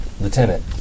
Lieutenant